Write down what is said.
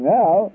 now